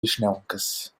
vischnauncas